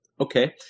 okay